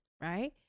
right